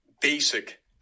basic